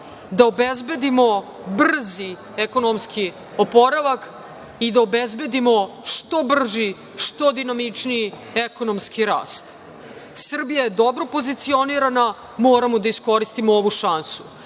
da obezbedimo brzi ekonomski oporavak i da obezbedimo što brži, što dinamičniji ekonomski rast. Srbija je dobro pozicionirana, moramo da iskoristimo ovu šansu,